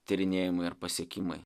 tyrinėjimai ir pasiekimai